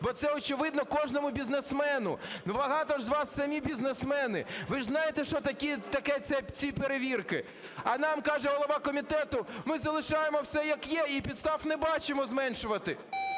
бо це очевидно кожному бізнесмену, багато з вас самі бізнесмени, ви знаєте, що таке, ці перевірки. А нам каже голова комітету: ми залишаємо все, як є, і підстав не бачимо зменшувати.